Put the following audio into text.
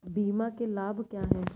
बीमा के लाभ क्या हैं?